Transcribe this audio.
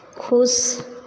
खुश